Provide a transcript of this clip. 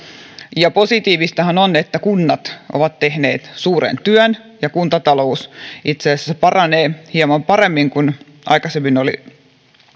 ja positiivistahan on että kunnat ovat tehneet suuren työn ja kuntatalous itse asiassa paranee hieman paremmin kuin aikaisemmin oli